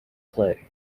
play